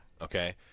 okay